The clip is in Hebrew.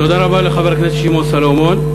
תודה רבה לחבר הכנסת שמעון סולומון.